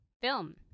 film